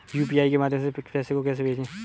UPI के माध्यम से पैसे को कैसे भेजें?